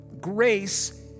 grace